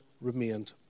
remained